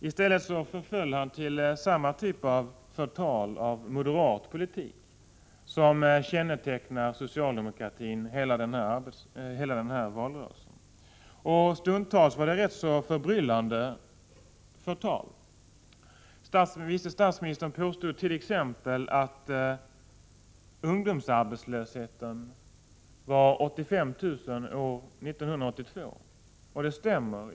I stället förföll han till samma typ av förtal av moderat politik som kännetecknat socialdemokratin under hela den här valrörelsen. Stundtals var det ett ganska förbryllande förtal. Vice statsministern påstod t.ex. att antalet arbetslösa ungdomar var 85 000 år 1982. Det stämmer.